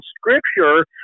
Scripture